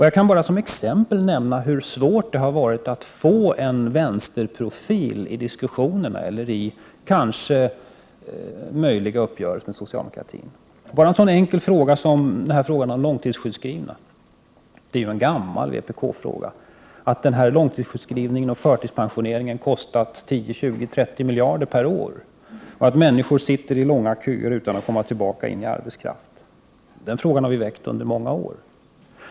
Jag kan som exempel nämna hur svårt det varit att få en vänsterprofil i diskussionerna om eventuella uppgörelser med socialdemokratin. Ta bara en så enkel sak som frågan om långtidssjukskrivningarna. Det är ju en gammal vpk-fråga. Långtidssjukskrivningarna och förtidspensioneringarna kostar 20-30 miljarder kronor per år, och människor sitter i långa köer utan att kunna komma tillbaka in i arbetskraften. Den frågan har vi drivit i många år.